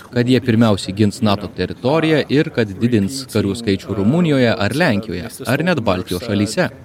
kad jie pirmiausiai gins nato teritoriją ir kad didins karių skaičių rumunijoje ar lenkijoje ar net baltijos šalyse